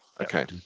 Okay